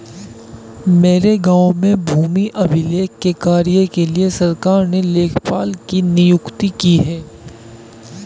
मेरे गांव में भूमि अभिलेख के कार्य के लिए सरकार ने लेखपाल की नियुक्ति की है